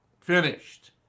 finished